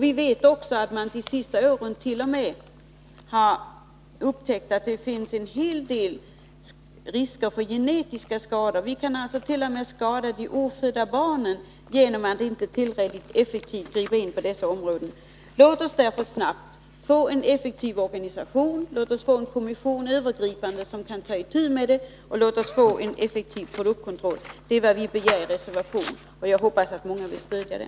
Vi vet också att man de senaste åren har upptäckt att det finns en hel del risker för genetiska skador. Vi kan t.o.m. skada de ofödda barnen genom att inte gripa in tillräckligt effektivt på dessa områden. Låt oss därför se till att vi snabbt får en effektiv organisation. Låt oss få en övergripande kommission, som kan ta itu med arbetet, och låt oss få effektiv produktkontroll. Det är vad vi begär i reservationen, och jag hoppas att många vill stödja den.